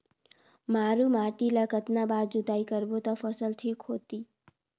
मारू माटी ला कतना बार जुताई करबो ता फसल ठीक होती?